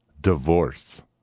Divorce